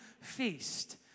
feast